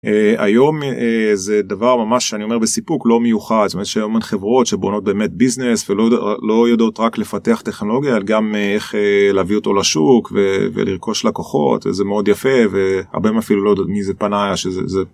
היום איזה דבר ממש אני אומר בסיפוק לא מיוחד זאת אומרת יש היום חברות שבונות באמת ביזנס ולא יודעות רק לפתח טכנולוגיה גם איך להביא אותו לשוק ולרכוש לקוחות זה מאוד יפה והרבה פעמים אפילו לא יודע מי זה פניה שזה.